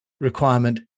requirement